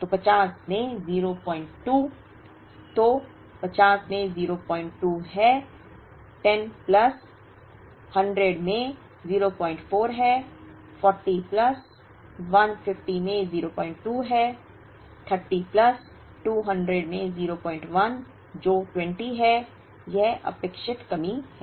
तो 50 में 02 तो 50 में 02 है 10 प्लस 100 में 04 है 40 प्लस 150 में 02 है 30 प्लस 200 में 01 जो 20 है यह अपेक्षित कमी है